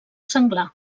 senglar